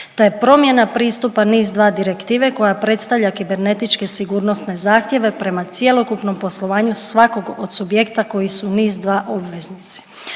To je promjena pristupa NIS2 Direktive koja predstavlja kibernetičke sigurnosne zahtjeve prema cjelokupnom poslovanju svakog od subjekta koji su NIS2 obveznici.